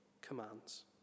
commands